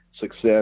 success